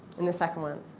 in the second one.